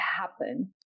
happen